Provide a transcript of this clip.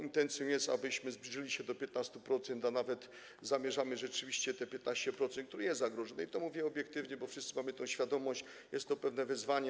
Intencją jest to, abyśmy zbliżyli się do 15%, a nawet zamierzamy rzeczywiście osiągnąć te 15%, które jest zagrożone, i to mówię obiektywnie, bo wszyscy mamy świadomość, że jest to pewne wyzwanie.